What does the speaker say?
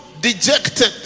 dejected